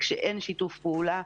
כשאין שיתוף פעולה,